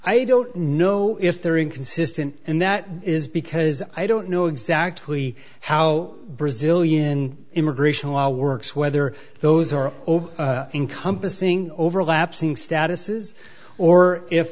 i don't know if they're inconsistent and that is because i don't know exactly how brazilian immigration law works whether those are in compassing over lapsing statuses or if